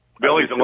Billy's